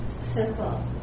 simple